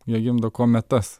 jie gimdo kometas